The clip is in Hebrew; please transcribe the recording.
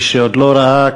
מי שעוד לא ראה,